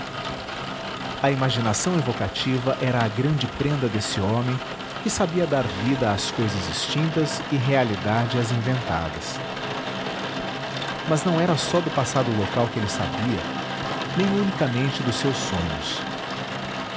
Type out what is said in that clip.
a imaginação evocativa era a grande prenda desse homem que sabia dar vida às cousas extintas e realidade às inventadas mas não era só do passado local que ele sabia nem unicamente dos seus sonhos